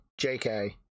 JK